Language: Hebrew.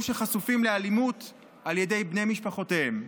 שחשופים לאלימות על ידי בני משפחותיהם,